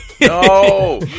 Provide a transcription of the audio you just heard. No